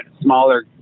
smaller